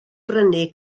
brynu